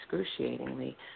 excruciatingly